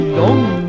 long